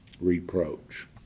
reproach